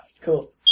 Cool